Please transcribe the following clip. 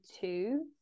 two